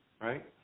right